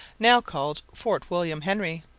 now called fort william henry.